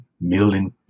million